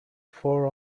four